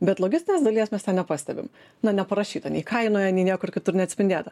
bet logistinės dalies mes ten nepastebim na neparašyta nei kainoje nei niekur kitur neatspindėta